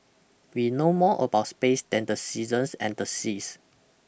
we know more about space than the seasons and the seas